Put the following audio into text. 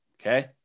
okay